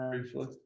briefly